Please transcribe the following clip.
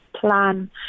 plan